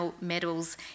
medals